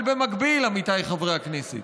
אבל במקביל, עמיתיי חברי הכנסת,